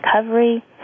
recovery